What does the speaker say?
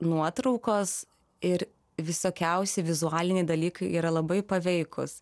nuotraukos ir visokiausi vizualiniai dalykai yra labai paveikūs